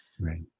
right